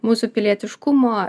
mūsų pilietiškumo